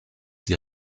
die